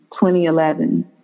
2011